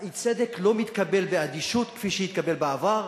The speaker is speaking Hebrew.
האי-צדק לא מתקבל באדישות כפי שהתקבל בעבר,